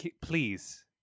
Please